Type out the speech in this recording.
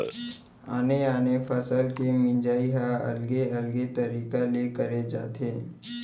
आने आने फसल के मिंजई ह अलगे अलगे तरिका ले करे जाथे